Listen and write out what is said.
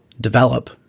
develop